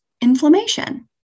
inflammation